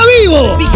vivo